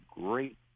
great